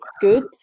good